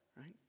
right